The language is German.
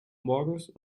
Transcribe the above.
morgens